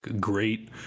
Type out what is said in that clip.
great